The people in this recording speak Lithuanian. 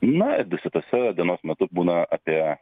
na dusetose dienos metu būna apie